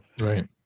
right